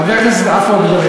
אחרי מבצע "צוק איתן",